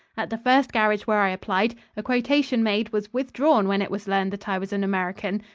at the first garage where i applied, a quotation made was withdrawn when it was learned that i was an american.